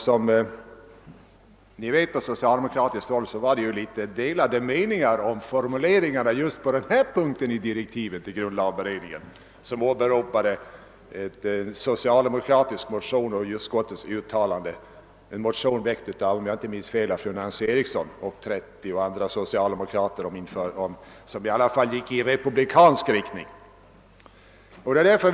Som bekant rådde delade meningar om formuleringarna just på denna punkt i grundlagberedningens direktiv, där det hänvisas till en socialdemokratisk motion, väckt av fru Nancy Eriksson och trettio andra socialdemokrater, och utskottets utlåtande över denna. Denna motion syftade till införande av republik.